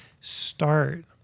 start